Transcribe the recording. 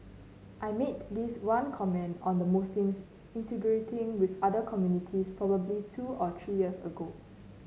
I made this one comment on the Muslims integrating with other communities probably two or three years ago